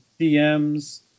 DMs